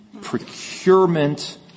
procurement